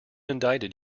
indicted